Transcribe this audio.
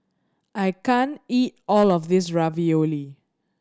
I can't eat all of this Ravioli